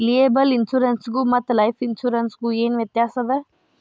Liable insurance ಗು ಮತ್ತ life insurance ಗು ಏನ್ ವ್ಯಾತ್ಯಾಸದ?